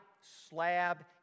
slab